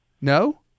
No